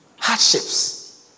Hardships